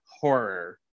horror